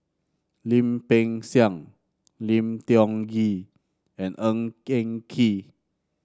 Lim Peng Siang Lim Tiong Ghee and Ng Eng Kee